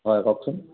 হয় কওকচোন